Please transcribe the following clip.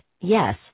yes